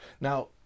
now